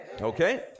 Okay